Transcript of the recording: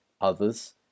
others